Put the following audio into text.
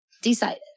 decided